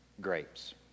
grapes